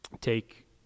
take